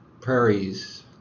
prairies